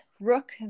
Rook